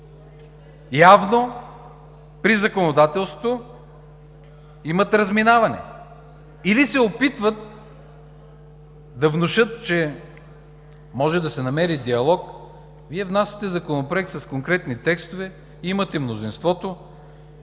явно при законодателството имат разминаване или се опитват да внушат, че може да се намери диалог. Вие внасяте Законопроект с конкретни текстове, имате мнозинството